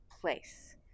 place